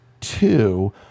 two